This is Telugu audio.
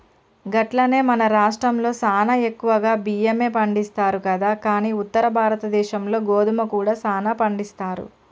గట్లనే మన రాష్ట్రంలో సానా ఎక్కువగా బియ్యమే పండిస్తారు కదా కానీ ఉత్తర భారతదేశంలో గోధుమ కూడా సానా పండిస్తారు